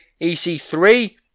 EC3